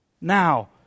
Now